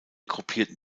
gruppierten